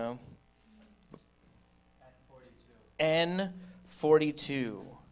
know an forty two